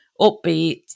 upbeat